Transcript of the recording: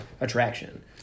attraction